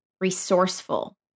resourceful